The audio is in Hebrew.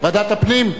בוועדת הפנים?